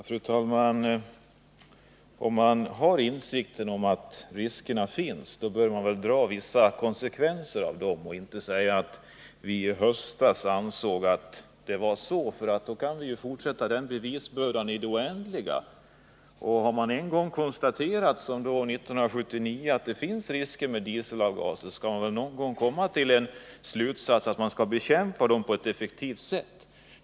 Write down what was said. Fru talman! Om man har insikt om att risker finns, bör man väl dra vissa slutsatser av detta och inte hänvisa till vad man i höstas ansåg. Då kan man dra ut på beslutsprocessen i det oändliga. Har man en gång, som skedde år 1979, konstaterat att det finns risker med dieselavgaser, måste man väl någon gång också komma fram till den slutsatsen att de skall bekämpas på ett effektivt sätt.